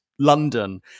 London